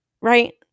right